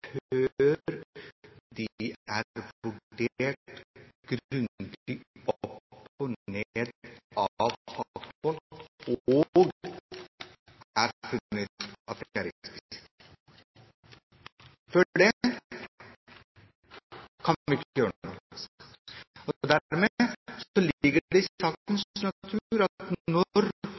de er grundig vurdert opp og ned av fagfolk, og det er funnet risikofritt. Før det kan vi ikke gjøre noe. Dermed ligger det i sakens natur at